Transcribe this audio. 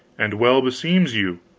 and well beseems you.